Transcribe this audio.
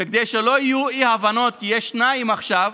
וכדי שלא יהיו אי-הבנות, כי יש שניים עכשיו,